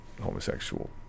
homosexual